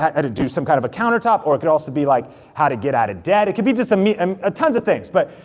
how to do some kind of a countertop, or it could also be like, how to get out of debt. it could be just um a, tons of things but,